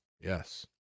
Yes